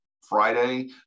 Friday